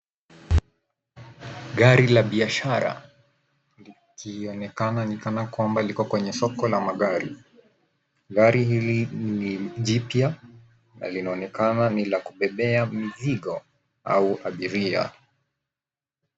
Gari la biashara likionekana ni kana kwamba liko kwenye soko la magari. Gari hili ni jipya na linaonekana ni la kubebea mizigo au abiria.